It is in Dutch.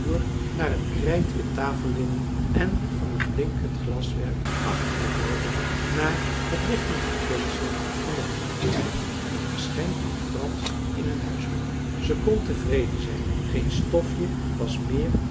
naar het krijtwit tafellinnen en van het blinkend glaswerk achter de borden naar het lichtend verguldsel van de hanglamp een geschenk van frans in hun huishouden zij kon tevreden zijn geen stofje was meer